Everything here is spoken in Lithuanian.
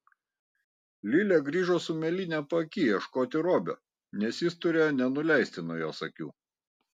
lilė grįžo su mėlyne paaky ieškoti robio nes jis turėjo nenuleisti nuo jos akių